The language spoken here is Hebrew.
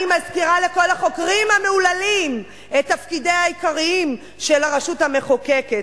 אני מזכירה לכל החוקרים המהוללים את תפקידיה העיקריים של הרשות המחוקקת.